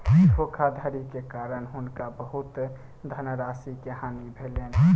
धोखाधड़ी के कारण हुनका बहुत धनराशि के हानि भेलैन